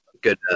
good –